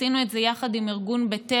עשינו את זה יחד עם ארגון בטרם,